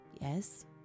Yes